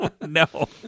no